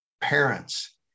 parents